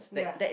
ya